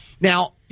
Now